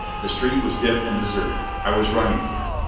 the street was dim and deserted. i was running again.